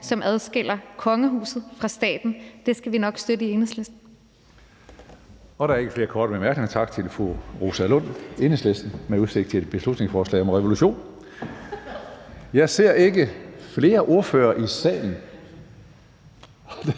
som adskiller kongehuset fra staten. Det skal vi nok støtte i Enhedslisten.